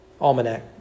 almanac